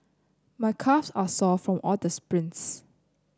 my calves are sore from all the sprints